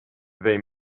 they